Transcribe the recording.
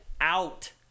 out